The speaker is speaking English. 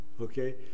okay